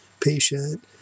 patient